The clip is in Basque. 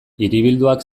hiribilduak